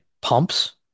pumps